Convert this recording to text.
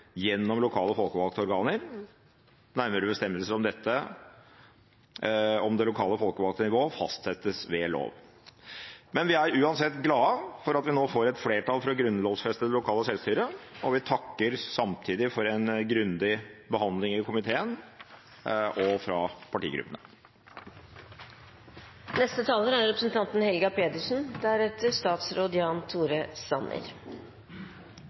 gjennom lokale folkevalgte organer. Nærmere bestemmelser om det lokale folkevalgte nivå fastsettes ved lov.» Vi er uansett glade for at vi nå får flertall for å grunnlovfeste det lokale selvstyret. Vi takker samtidig for en grundig behandling i komiteen og